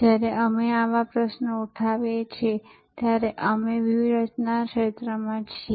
જ્યારે અમે આવા પ્રશ્નો ઉઠાવીએ છીએ ત્યારે અમે વ્યૂહરચનાના ક્ષેત્રમાં છીએ